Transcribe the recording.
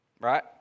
right